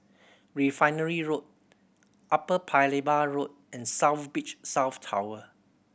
Refinery Road Upper Paya Lebar Road and South Beach South Tower